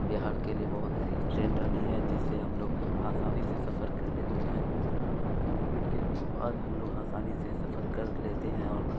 بہار کے لیے بہت سی ٹرین ڈالی ہے جس سے ہم لوگ آسانی سے سفر کر لیتے ہیں کووڈ کے بعد ہم لوگ آسانی سے سفر کر لیتے ہیں اور